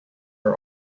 are